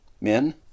Men